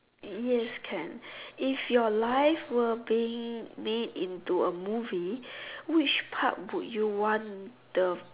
yes can if your life were being made into a movie which part would you want the